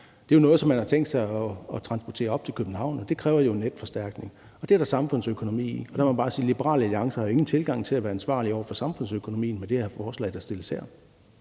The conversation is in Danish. det er jo noget, som man har tænkt sig at transportere op til København, og det kræver en netforstærkning. Det er der samfundsøkonomi i. Og der må jeg bare sige, at Liberal Alliance ingen tilgang har til at være ansvarlig over for samfundsøkonomien med det forslag, der er fremsat her.